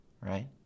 right